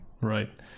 right